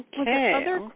Okay